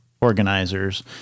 organizers